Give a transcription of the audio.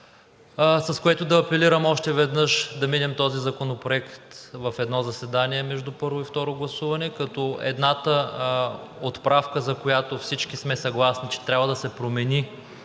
с което да апелирам още веднъж да минем този законопроект в едно заседание на първо и второ гласуване, като едната отправка, за която всички сме съгласни, e, че трябва да се промени,